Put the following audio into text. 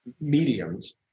mediums